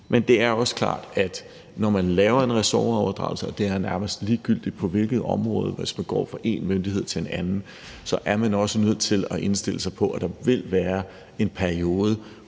Men det er også klart, at når man laver en ressortoverdragelse – det er nærmest ligegyldigt, hvilket område det er på – og en opgave går fra en myndighed til en anden, er man også nødt til at indstille sig på, at der vil være en